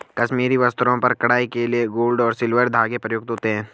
कश्मीरी वस्त्रों पर कढ़ाई के लिए गोल्ड और सिल्वर धागे प्रयुक्त होते हैं